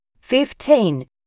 fifteen